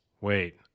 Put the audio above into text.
Wait